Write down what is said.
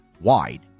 wide